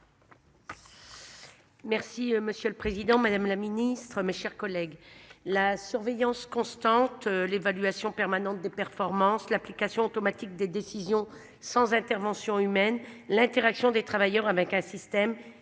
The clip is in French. Merci, monsieur le Président Madame la Ministre, mes chers collègues, la surveillance constante l'évaluation permanente des performances l'application automatique des décisions sans intervention humaine. L'interaction des travailleurs avec un système